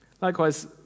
Likewise